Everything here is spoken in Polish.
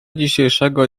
dzisiejszego